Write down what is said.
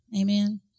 Amen